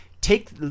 take